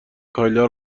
کایلا